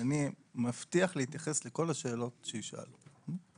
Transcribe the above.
אני מבטיח להתייחס לכל השאלות שיישאלו.